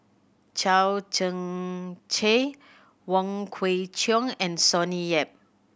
Chao Tzee Cheng Wong Kwei Cheong and Sonny Yap